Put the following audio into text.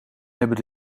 hebben